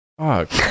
Fuck